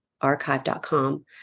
archive.com